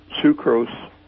sucrose